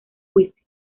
juicio